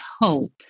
hope